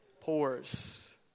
pours